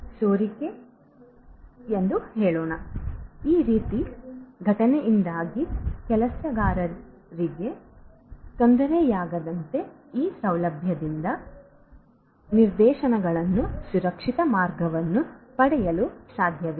ಸೋರಿಕೆ ಇದೆ ಎಂದು ಹೇಳೋಣ ಈ ರೀತಿಯ ಘಟನೆಯಿಂದಾಗಿ ಕೆಲಸಗಾರನಿಗೆ ತೊಂದರೆಯಾಗದಂತೆ ಈ ಸೌಲಭ್ಯದಿಂದ ನಿರ್ದೇಶನಗಳನ್ನು ಸುರಕ್ಷಿತ ಮಾರ್ಗವನ್ನು ಪಡೆಯಲು ಸಾಧ್ಯವಿದೆ